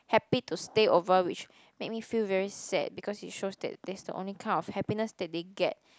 happy to stay over which make me feel very sad because it shows that that's the only kind of happiness that they get